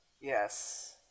Yes